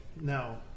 Now